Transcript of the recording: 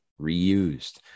reused